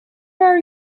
are